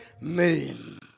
name